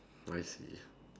I see